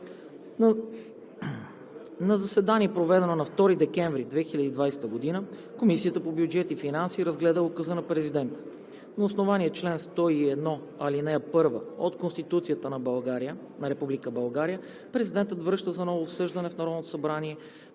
На заседание, проведено на 2 декември 2020 г., Комисията по бюджет и финанси разгледа указа на президента. На основание чл. 101, ал. 1 от Конституцията на Република България президентът връща за ново обсъждане в Народното събрание